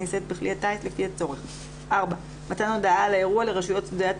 צריך לתדרך שוב לפני ההמראה וזה מתוך רצון שלנוסעים